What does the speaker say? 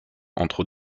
entre